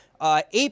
AP